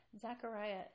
Zechariah